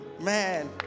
man